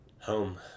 home